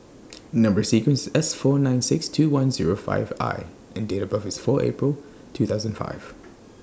Number sequence IS S four nine six two one Zero five I and Date of birth IS four April two thousand and five